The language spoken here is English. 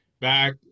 back